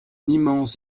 immense